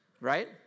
right